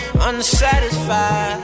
unsatisfied